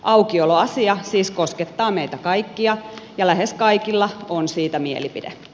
aukioloasia siis koskettaa meitä kaikkia ja lähes kaikilla on siitä mielipide